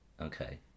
okay